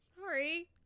Sorry